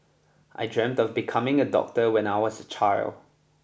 I dreamt of becoming a doctor when I was a child